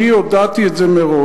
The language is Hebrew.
אני הודעתי את זה מראש,